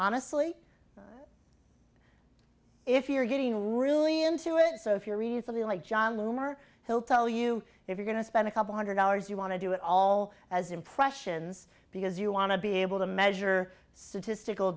honestly if you're getting really into it so if you read something like john neumar he'll tell you if you're going to spend a couple hundred dollars you want to do it all as impressions because you want to be able to measure so to stic